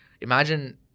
imagine